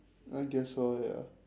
I guess so ya